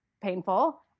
painful